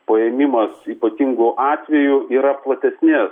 paėmimas ypatingu atveju yra platesnės